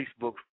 Facebook